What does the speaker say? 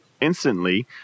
instantly